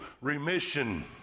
remission